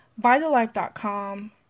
VitaLife.com